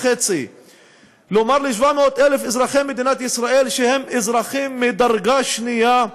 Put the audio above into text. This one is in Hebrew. לומר ל-700,000 אזרחי מדינת ישראל שהם אזרחים מדרגה שנייה.